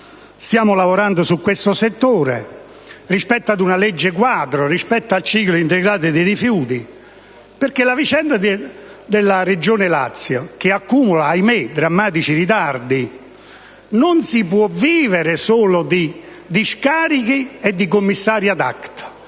Stiamo lavorando in questo settore su una legge quadro rispetto al ciclo integrato dei rifiuti. La vicenda dalla regione Lazio accumula - ahimè! - drammatici ritardi. Non si può vivere solo di discariche e di commissari *ad acta*,